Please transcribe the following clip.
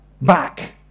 back